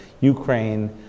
Ukraine